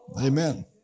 Amen